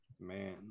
man